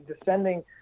descending